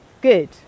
Good